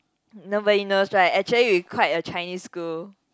nobody knows right actually we quite a Chinese school